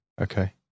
Okay